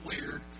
weird